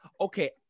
okay